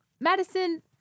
Madison